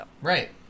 Right